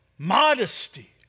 Modesty